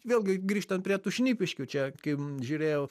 vėlgi grįžtant prie tų šnipiškių čia kai žiūrėjau